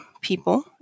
people